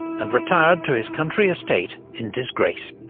and retired to his country estate in disgrace.